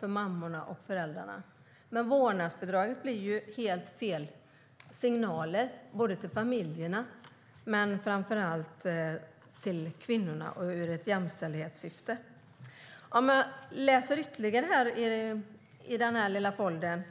för mammorna, ja för föräldrarna. Men vårdnadsbidraget blir helt fel signal till familjerna, framför allt till kvinnorna, ur ett jämställdhetsperspektiv. Jag läser vidare i den lilla foldern.